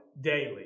daily